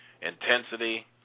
intensity